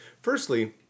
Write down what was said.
Firstly